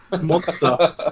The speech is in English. monster